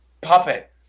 puppet